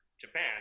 Japan